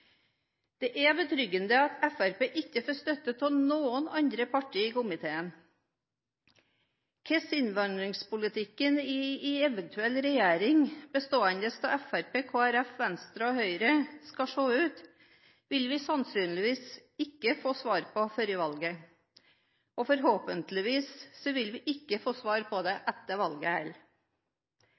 Det er betryggende at Fremskrittspartiet ikke får støtte fra noen andre partier i komiteen. Hvordan innvandringspolitikken til en eventuell regjering bestående av Fremskrittspartiet, Kristelig Folkeparti, Venstre og Høyre skal se ut, vil vi sannsynligvis ikke få svar på før valget – og forhåpentligvis vil vi heller ikke få svar på det etter valget.